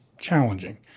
challenging